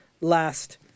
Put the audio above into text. last